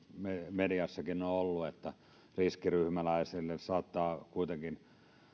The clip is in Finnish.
mediassakin on ollut että riskiryhmäläisille saattavat kuitenkin